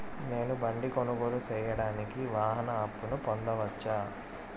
నేను బండి కొనుగోలు సేయడానికి వాహన అప్పును పొందవచ్చా?